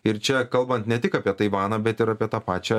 ir čia kalbant ne tik apie taivaną bet ir apie tą pačią